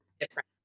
different